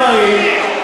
מאחר שכך הם פני הדברים,